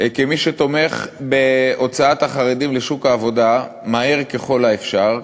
כמי שתומך בהוצאת החרדים לשוק העבודה מהר ככל האפשר,